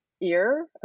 ear